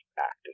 act